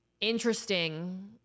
interesting